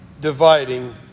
dividing